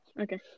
Okay